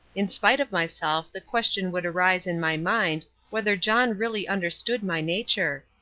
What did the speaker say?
in spite of myself the question would arise in my mind whether john really understood my nature.